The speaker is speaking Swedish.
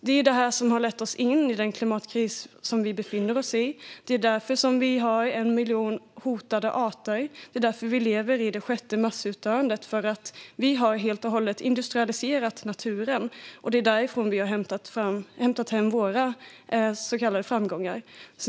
Det är det här som har lett oss in i den klimatkris som vi befinner oss i. Det är därför som vi har en miljon hotade arter. Vi lever i det sjätte massutdöendet därför att vi helt och hållet har industrialiserat naturen, där vi har hämtat hem våra så kallade framgångar.